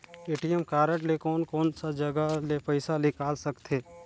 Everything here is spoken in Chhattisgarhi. ए.टी.एम कारड ले कोन कोन सा जगह ले पइसा निकाल सकथे?